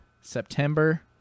September